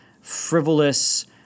frivolous